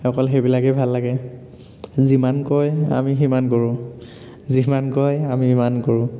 অকল সেইবিলাকেই ভাল লাগে যিমান কয় আমি সিমান কৰোঁ যিমান কয় আমি সিমান কৰোঁ